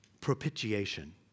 propitiation